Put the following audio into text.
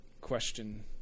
question